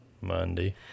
Monday